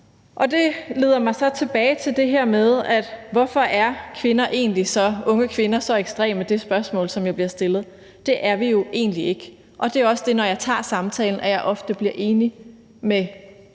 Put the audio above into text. Det leder mig så tilbage til det her med, hvorfor unge kvinder egentlig er så ekstreme, altså det spørgsmål, som jeg bliver stillet. Det er vi jo egentlig ikke, og det er også det, at jeg, når jeg tager samtalen, ofte bliver enig med spørgeren,